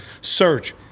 Search